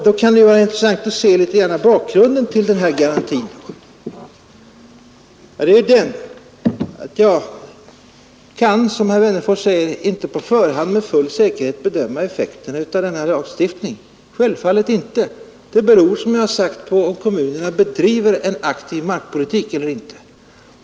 Det kan därför vara intressant att se litet på bakgrunden till denna garanti. Jag kan, som herr Wennerfors säger, inte på förhand med full säkerhet bedöma effekten av den här lagstiftningen. Den beror, som jag har framhållit, på om kommunerna bedriver en aktiv markpolitik eller inte.